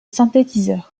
synthétiseur